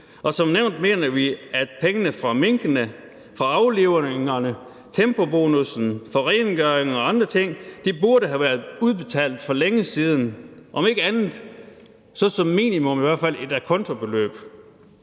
og som nævnt mener vi, at pengene fra minkene, fra aflivningerne, tempobonussen, for rengøring og andre ting burde have været udbetalt for længe side, om ikke andet så som minimum i hvert fald i form af et a conto-beløb.